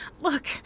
Look